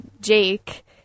Jake